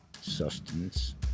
sustenance